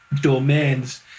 domains